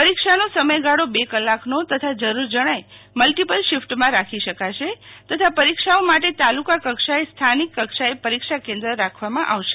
પરીક્ષા નો સમય ગાળો બે કલાકનો તથા જરુર જણાયે મલ્ટીપલ શિફ્ટમાં રાખી શકાશે તથા પરીક્ષાઓ તાલુકા કક્ષાએ સ્થાનિક કક્ષાએ પરીક્ષા કેન્દ્ર રાખવામાં આવશે